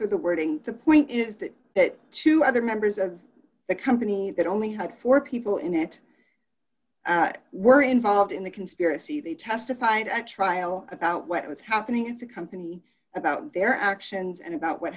for the wording the point is that that two other members of the company that only had four people in it were involved in the conspiracy they testified at trial about what was happening in the company about their actions and about what